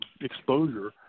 exposure